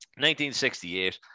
1968